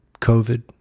COVID